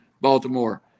Baltimore